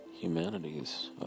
humanities